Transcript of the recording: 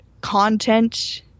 content